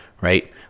right